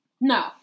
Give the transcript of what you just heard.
No